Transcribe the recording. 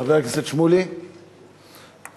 חבר הכנסת שמולי, מסיר.